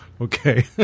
Okay